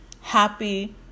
happy